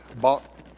bought